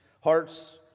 Hearts